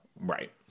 Right